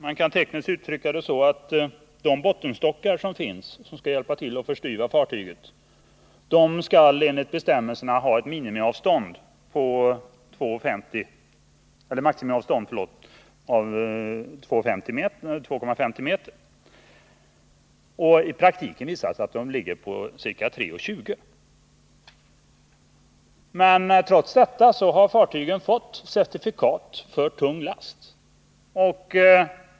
Man kan tekniskt uttrycka det så här: Maximiavståndet mellan de bottenstockar som skall hjälpa till att förstyva fartyget skall enligt bestämmelserna vara 2,50 m, men i verkligheten är detta avstånd ca 3,20 m. Trots detta har fartygen fått certifikat för tung last.